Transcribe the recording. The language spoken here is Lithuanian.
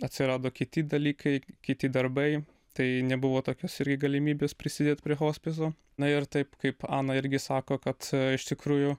atsirado kiti dalykai kiti darbai tai nebuvo tokios galimybės prisidėt prie hospiso na ir taip kaip ana irgi sako kad iš tikrųjų